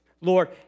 Lord